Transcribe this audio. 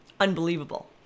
unbelievable